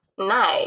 Nice